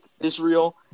Israel